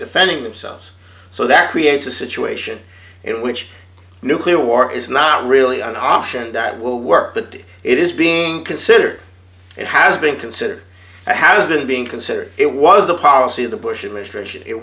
defending themselves so that creates a situation in which nuclear war is not really an option that will work but it is being considered and has been considered and has been being considered it was the policy of the bush administration it